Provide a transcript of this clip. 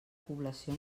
població